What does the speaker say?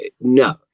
No